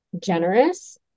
generous